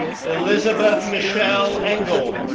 elizabeth michelle engel,